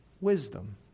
wisdom